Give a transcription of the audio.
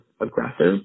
aggressive